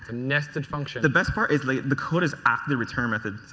nested function. the best part is like the code is at the return method.